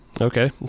Okay